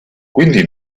quindi